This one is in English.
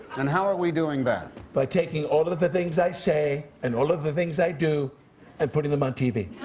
and how are we doing that? by taking all of the the things i say and all of the things i do and putting them on tv.